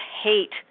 hate